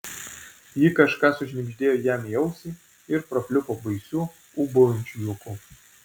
ji kažką sušnibždėjo jam į ausį ir prapliupo baisiu ūbaujančiu juoku